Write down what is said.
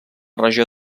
regió